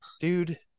dude